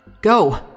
Go